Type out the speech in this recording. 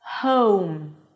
home